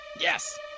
Yes